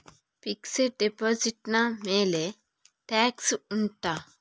fixed deposit ನ ಮೇಲೆ tax ಉಂಟಾ